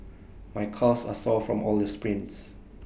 my calves are sore from all the sprints